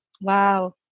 Wow